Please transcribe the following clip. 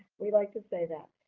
we like to say that.